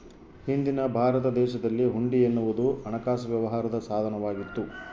ಹಿಂದಿನ ಭಾರತ ದೇಶದಲ್ಲಿ ಹುಂಡಿ ಎನ್ನುವುದು ಹಣಕಾಸು ವ್ಯವಹಾರದ ಸಾಧನ ವಾಗಿತ್ತು